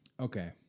Okay